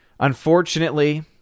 Unfortunately